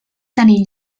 tenir